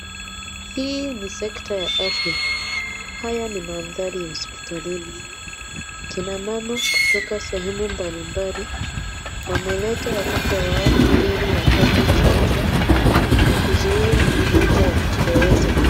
Hii ni sekta ya afya. Haya ni mandhari ya hospitalini. Kina mama kutoka sehemu mbalimbali wameleta watoto wao ili wapate chanjo ya kuzuia ugonjwa wa kupooza.